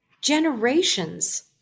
generations